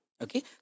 Okay